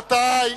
רבותי.